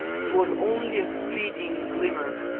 it was only a fleeting glimmer,